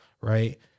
Right